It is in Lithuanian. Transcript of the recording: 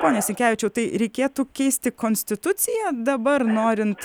pone sinkevičiau tai reikėtų keisti konstituciją dabar norint